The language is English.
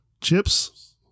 Chips